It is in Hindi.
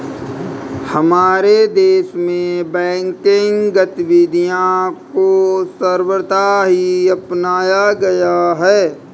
हमारे देश में बैंकिंग गतिविधियां को सर्वथा ही अपनाया गया है